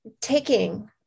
taking